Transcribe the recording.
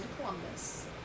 Columbus